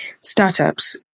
startups